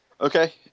Okay